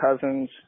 cousins